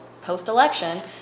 post-election